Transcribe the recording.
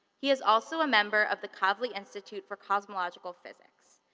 he is also a member of the kavli institute for cosmological physics.